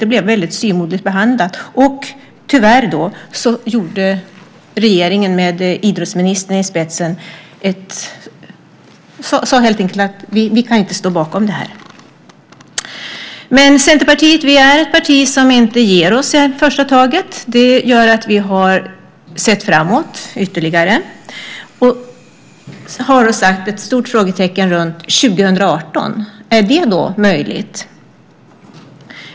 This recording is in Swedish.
Det blev väldigt styvmoderligt behandlat, och tyvärr sade regeringen, med idrottsministern i spetsen, att man inte kunde stå bakom ansökan. Men Centerpartiet är ett parti som inte ger sig i första taget. Det gör att vi har sett framåt ytterligare och har satt ett stort frågetecken för 2018. Är det möjligt?